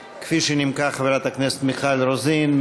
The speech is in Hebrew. שנימקה חברת הכנסת מיכל רוזין.